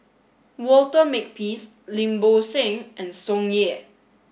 Walter Makepeace Lim Bo Seng and Tsung Yeh